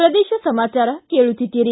ಪ್ರದೇಶ ಸಮಾಚಾರ ಕೇಳುತ್ತಿದ್ದೀರಿ